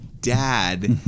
dad